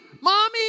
Mommy